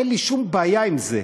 אין לי שום בעיה עם זה,